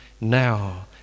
now